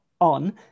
on